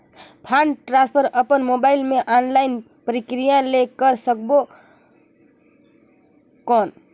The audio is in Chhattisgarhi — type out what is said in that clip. फंड ट्रांसफर अपन मोबाइल मे ऑनलाइन प्रक्रिया ले कर सकबो कौन?